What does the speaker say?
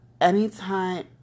anytime